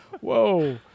whoa